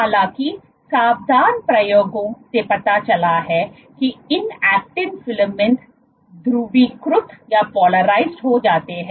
हालांकि सावधान प्रयोगों से पता चला है कि इन ऐक्टिन फिलामेंट्स ध्रुवीकृत हो जाते हैं